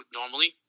normally